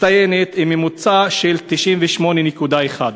עם ממוצע של 98.1,